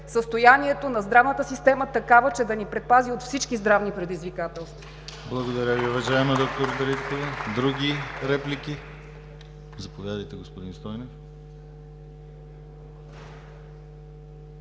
състоянието на здравната система такава, че да ни предпази от всички здравни предизвикателства.